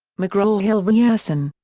mcgraw-hill ryerson.